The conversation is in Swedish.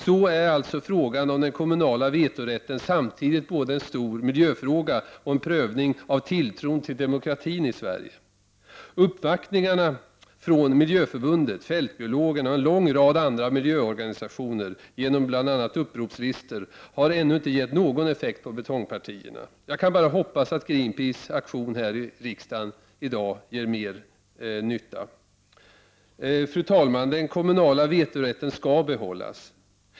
Således är frågan om den kommunala vetorätten en stor miljöfråga samtidigt som den är en prövning av tilltron till demokratin i Sverige. Uppvaktningarna från Miljöförbundet, Fältbiologerna och en lång rad andra miljöorganisationer genom bl.a. uppropslistor har ännu inte fått nå gon effekt på betongpartierna. Jag kan bara hoppas att Greenpeaceaktionen här i riksdagen i dag gör mer nytta. Fru talman! Den kommunala vetorätten skall behållas.